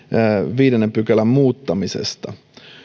viidennen pykälän muuttamisesta